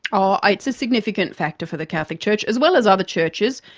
oh, it's a significant factor for the catholic church, as well as other churches.